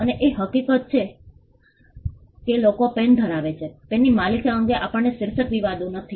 અને એ હકીકત છે કે લોકો પેન ધરાવે છે પેનની માલિકી અંગે આપણને શીર્ષક વિવાદો નથી